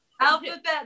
Alphabet